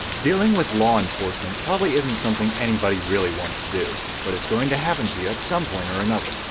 dealing with law enforcement probably isn't something anybody really wants to do. but it's going to happen to you at some point or another.